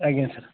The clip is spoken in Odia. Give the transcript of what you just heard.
ଆଜ୍ଞା ସାର୍